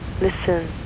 Listen